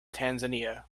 tanzania